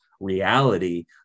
reality